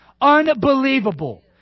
Unbelievable